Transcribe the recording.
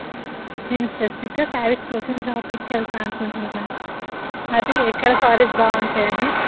నేను స్పెసిఫిక్గా శారీస్ కోసం షాపింగ్ వెళతా అనుకుంటున్నాను మ్యామ్ అది ఎక్కడ శారీస్ బాగుంటాయి అని